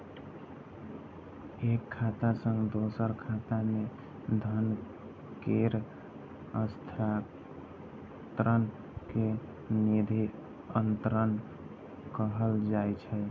एक खाता सं दोसर खाता मे धन केर हस्तांतरण कें निधि अंतरण कहल जाइ छै